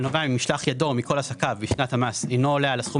הנובע ממשלח ידו ומכל עסקיו בשנת המס אינו עולה על הסכום